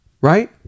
right